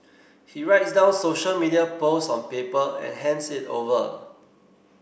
he writes down social media posts on paper and hands it over